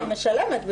היא משלמת.